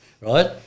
Right